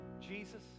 Jesus